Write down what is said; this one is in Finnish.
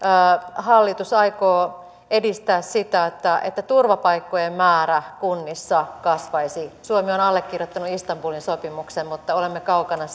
hallitus aikoo edistää sitä että että turvapaikkojen määrä kunnissa kasvaisi suomi on allekirjoittanut istanbulin sopimuksen mutta olemme kaukana